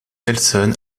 nelson